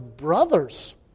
Brothers